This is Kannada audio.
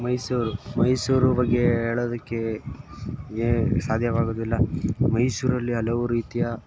ಮೈಸೂರು ಮೈಸೂರು ಬಗ್ಗೆ ಹೇಳೋದಕ್ಕೆ ಎ ಸಾಧ್ಯವಾಗೋದಿಲ್ಲ ಮೈಸೂರಲ್ಲಿ ಹಲವು ರೀತಿಯ